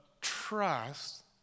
trust